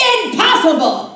Impossible